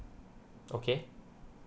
okay